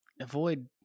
avoid